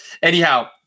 Anyhow